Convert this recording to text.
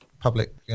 public